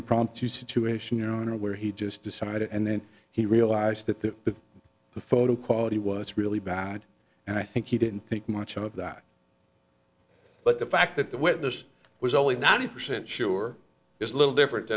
impromptu situation you know where he just decided and then he realized that the photo quality was really bad and i think he didn't think much of that but the fact that the witness was only ninety percent sure is a little different